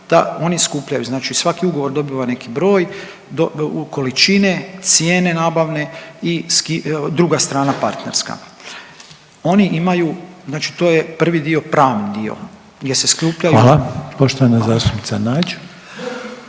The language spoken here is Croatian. oni skupljaju znači svaki ugovor dobiva neki broj, količine, cijene nabavne i druga strana partnerska. Oni imaju znači to je prvi dio, pravni dio gdje se skupljaju … **Reiner,